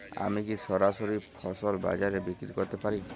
আমি কি সরাসরি ফসল বাজারে বিক্রি করতে পারি?